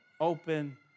open